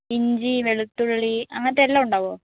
ഇഞ്ചി വെളുത്തുള്ളി അങ്ങനത്തെ എല്ലാം ഉണ്ടാവുമോ